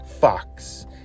fox